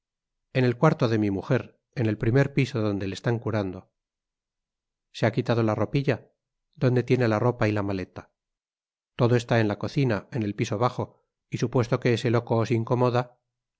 en el cuarto de mi mujer en el primer piso donde le están curando se ha quitado la ropilla dónde tiene la ropa y la maleta todo está en la cocina en el piso bajo y supuesto que ese loco os incomoda